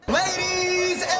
ladies